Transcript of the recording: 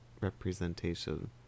representation